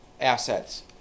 assets